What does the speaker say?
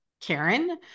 Karen